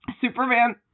superman